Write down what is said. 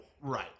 right